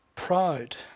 Proud